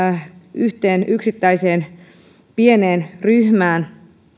yhteen yksittäiseen pieneen ryhmään